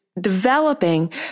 developing